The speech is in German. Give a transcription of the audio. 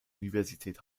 universität